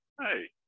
hey